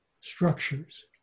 structures